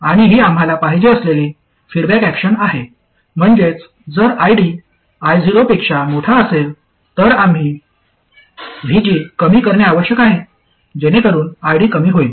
आणि ही आम्हाला पाहिजे असलेली फीडबॅक अॅक्शन आहे म्हणजेच जर ID I0 पेक्षा मोठा असेल तर आम्ही VG कमी करणे आवश्यक आहे जेणेकरून ID कमी होईल